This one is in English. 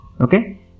Okay